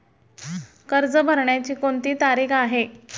कर्ज भरण्याची कोणती तारीख आहे?